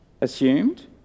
assumed